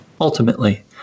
Ultimately